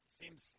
Seems